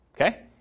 Okay